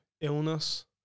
illness